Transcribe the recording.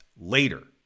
later